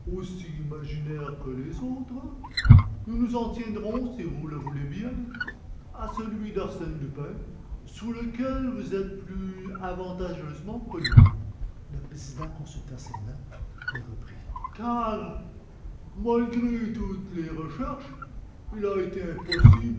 imaginaire que les autres nous nous en tiendrons si vous le voulez bien à celui d'arsène lupin sous lequel vous êtes plus avantageusement connu le président consulta ses notes et reprit car malgré toutes les recherches il a été impossible